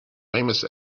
famous